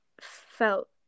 felt